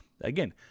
again